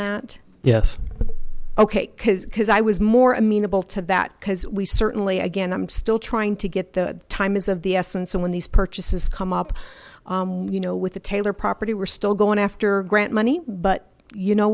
that yes ok because i was more amenable to that because we certainly again i'm still trying to get the time is of the essence so when these purchases come up you know with the taylor property we're still going after grant money but you know